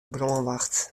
brânwacht